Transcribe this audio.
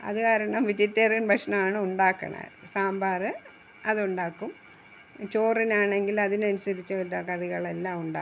അത് കാരണം വെജിറ്റേറിയൻ ഭക്ഷണമാണ് ഉണ്ടാക്കണേ സാമ്പാറ് അത് ഉണ്ടാക്കും ചോറിനാണെങ്കില് അതിന് അനുസരിച്ചുള്ള കറികളെല്ലാം ഉണ്ടാക്കും